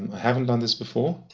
haven't done this before.